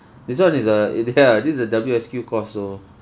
this one is a ya this is a W_S_Q course so